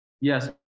Yes